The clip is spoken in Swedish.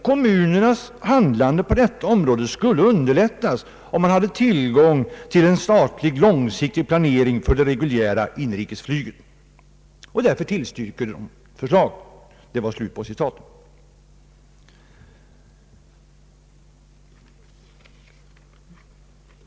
Kommunernas handlande på detta område skulle underlättas om man hade tillgång till en statlig långsiktig planering för det reguljära inrikesflyget.» Därför = tillstyrker man förslaget.